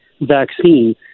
vaccine